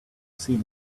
see